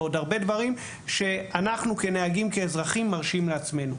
ועוד הרבה דברים שאנחנו כנהגים כאזרחים מרשים לעצמנו.